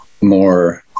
more